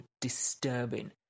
disturbing